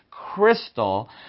crystal